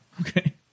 Okay